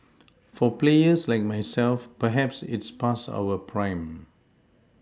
for players like myself perhaps it's past our prime